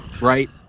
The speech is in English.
right